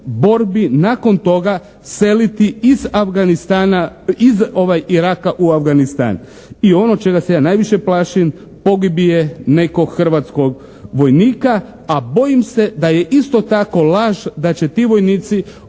borbi nakon toga seliti iz Afganistana, iz Iraka u Afganistan i ono čega se ja najviše plašim, pogibije nekog hrvatskog vojnika, a bojim se da je isto tako laž da će ti vojnici